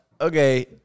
okay